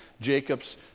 Jacob's